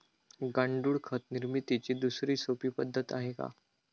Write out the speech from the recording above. गांडूळ खत निर्मितीची दुसरी सोपी पद्धत आहे का?